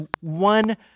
one